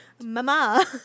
Mama